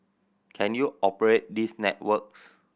can you operate these networks